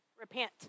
repent